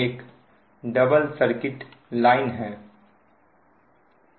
एक double circuit line है